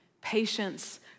patience